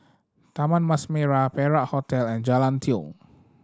Taman Mas Merah Perak Hotel and Jalan Tiong